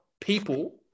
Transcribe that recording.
people